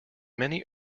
many